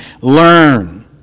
learn